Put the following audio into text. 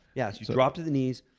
yeah. you so drop to the knees,